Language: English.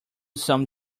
some